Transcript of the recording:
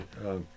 right